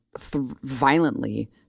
violently